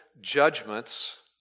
judgments